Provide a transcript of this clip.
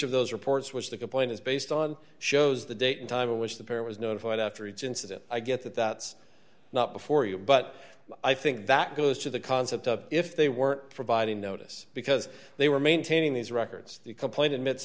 of those reports was the complaint is based on shows the date and time of which the pair was notified after each incident i get that that's not before you but i think that goes to the concept of if they were providing notice because they were maintaining these records the complaint admits